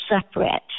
separate